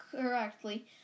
correctly